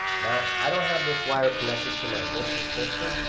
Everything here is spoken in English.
now, i don't have this wire connected to my vista system.